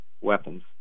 weapons